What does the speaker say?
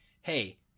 hey